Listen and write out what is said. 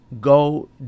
Go